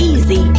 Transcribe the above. Easy